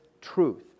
truth